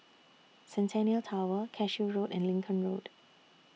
Centennial Tower Cashew Road and Lincoln Road